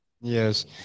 Yes